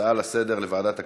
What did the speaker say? ההצעה לסדר-היום לוועדת הכספים?